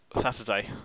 Saturday